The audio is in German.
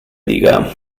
liga